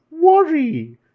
worry